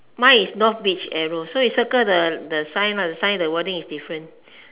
mine is north beach arrow so you circle the the sign the sign the wording is different